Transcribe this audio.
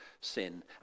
sin